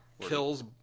kills